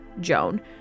Joan